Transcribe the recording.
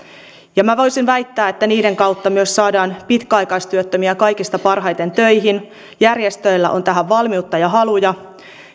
ja minä voisin väittää että niiden kautta myös saadaan pitkäaikaistyöttömiä kaikista parhaiten töihin järjestöillä on heidän työllistämiseensä valmiutta ja haluja